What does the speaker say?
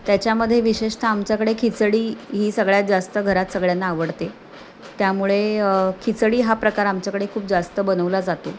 त्याच्यामध्ये विशेषतः आमच्याकडे खिचडी ही सगळ्यात जास्त घरात सगळ्यांना आवडते त्यामुळे खिचडी हा प्रकार आमच्याकडे खूप जास्त बनवला जातो